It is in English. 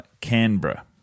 Canberra